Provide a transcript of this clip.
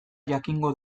jakingo